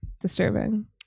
disturbing